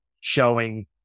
showing